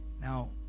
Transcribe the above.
Now